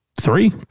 Three